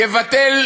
יבטל